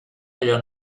allò